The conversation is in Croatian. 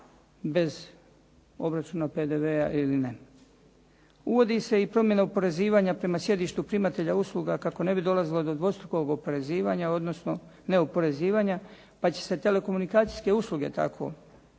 bez obračuna PDV-a ili ne. Uvodi se i promjena oporezivanja prema sjedištu primatelja usluga kako ne bi dolazilo do dvostrukog oporezivanja, odnosno neoporezivanja, pa će se telekomunikacijske usluge tako